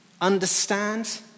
understand